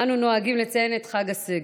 אנו נוהגים לציין את חג הסיגד.